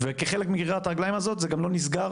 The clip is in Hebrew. וכחלק מגרירת הרגליים הזאת זה גם לא נסגר